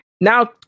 now